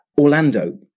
Orlando